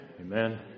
Amen